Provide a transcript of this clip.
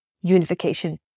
Unification